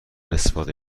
استفاده